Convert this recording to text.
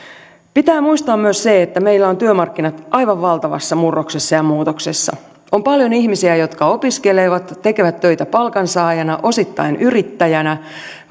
pitää muistaa myös se että meillä työmarkkinat ovat aivan valtavassa murroksessa ja muutoksessa on paljon ihmisiä jotka opiskelevat tekevät töitä palkansaajina osittain yrittäjinä